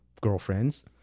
girlfriends